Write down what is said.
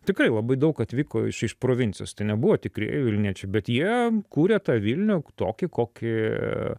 tikrai labai daug atvyko iš iš provincijos tai nebuvo tikrieji vilniečiai bet jie kurė tą vilnių tokį kokį